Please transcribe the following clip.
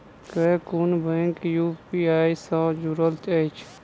केँ कुन bank UPI सँ जुड़ल अछि?